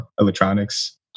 electronics